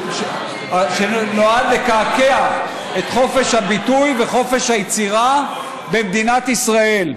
שנועד לקעקע את חופש הביטוי וחופש היצירה במדינת ישראל.